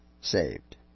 saved